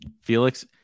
Felix